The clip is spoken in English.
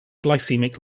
glycemic